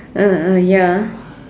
ah ya